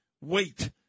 wait